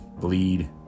bleed